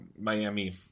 Miami